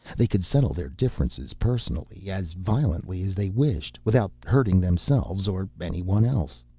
they could settle their differences personally, as violently as they wished, without hurting themselves or anyone else.